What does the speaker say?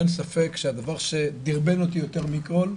אין ספק שהדבר שדרבן אותי יותר מכל,